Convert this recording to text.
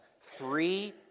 three